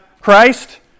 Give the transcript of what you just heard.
Christ